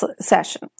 session